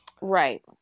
Right